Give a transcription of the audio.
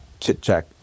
chit-chat